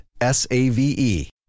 S-A-V-E